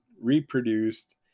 reproduced